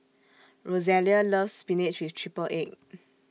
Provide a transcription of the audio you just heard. Rosalia loves Spinach with Triple Egg